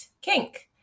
kink